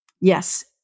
Yes